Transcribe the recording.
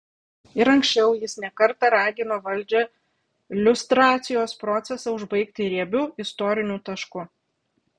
ir anksčiau jis ne kartą ragino valdžią liustracijos procesą užbaigti riebiu istoriniu tašku